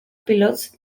pilots